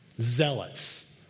Zealots